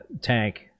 tank